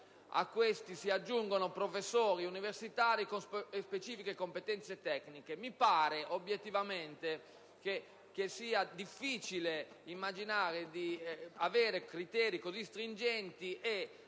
a questi si aggiungono professori universitari con specifiche competenze tecniche. Mi pare obiettivamente difficile immaginare di avere criteri così stringenti e